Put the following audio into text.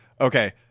Okay